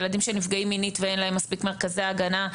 ילדים שנפגעים מינית ואין להם מספיק מרכזי הגנה,